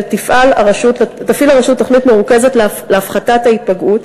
תפעיל הרשות תוכנית מרוכזת להפחתת ההיפגעות,